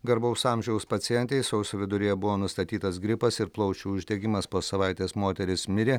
garbaus amžiaus pacientei sausio viduryje buvo nustatytas gripas ir plaučių uždegimas po savaitės moteris mirė